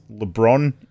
LeBron